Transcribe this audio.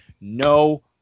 no